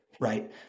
Right